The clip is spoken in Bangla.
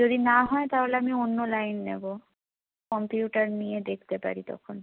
যদি না হয় তাহলে আমি অন্য লাইন নেবো কম্পিউটার নিয়ে দেখতে পারি তখন